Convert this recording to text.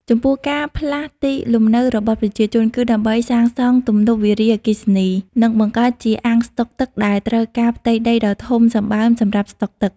ចំពោះ ការផ្លាស់ទីលំនៅរបស់ប្រជាជន គឺដើម្បីសាងសង់ទំនប់វារីអគ្គិសនី និងបង្កើតជាអាងស្តុកទឹកដែលត្រូវការផ្ទៃដីដ៏ធំសម្បើមសម្រាប់ស្តុបទឹក។